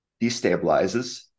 destabilizes